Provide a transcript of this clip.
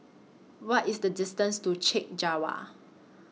What IS The distance to Chek Jawa